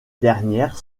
dernières